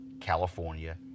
California